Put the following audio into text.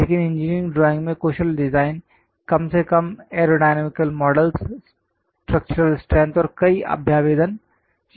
लेकिन engineering drawing में कुशल डिजाइन कम से कम एयरोडायनेमिकल मॉडलस् स्ट्रक्चरल स्ट्रैंथ और कई अभ्यावेदन शामिल हैं